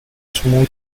smooth